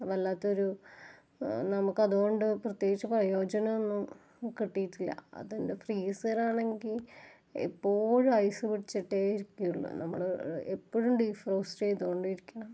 വല്ലാത്തൊരു നമുക്കതുകൊണ്ടു പ്രത്യേകിച്ച് പ്രയോജനൊന്നും കിട്ടിയിട്ടില്ല അതിൻ്റെ ഫ്രീസറാണെങ്കിൽ എപ്പോഴും ഐസ് പിടിച്ചിട്ടേയിരിക്കുള്ളു നമ്മൾ എപ്പോഴും ഡിഫ്രോസ്റ്റ് ചെയ്തുകൊണ്ടിരിക്കണം